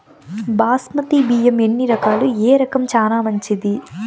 బాస్మతి బియ్యం ఎన్ని రకాలు, ఏ రకం చానా మంచిది?